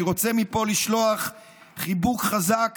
אני רוצה מפה לשלוח חיבוק חזק